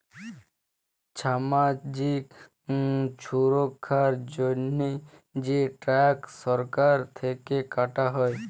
ছামাজিক ছুরক্ষার জন্হে যে ট্যাক্স সরকার থেক্যে কাটা হ্যয়